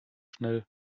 schnell